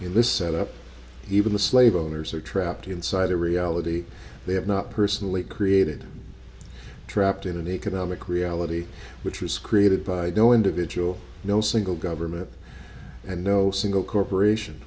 this set up even the slave owners are trapped inside a reality they have not personally created trapped in an economic reality which was created by i don't individual no single government and no single corporation